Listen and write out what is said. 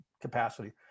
capacity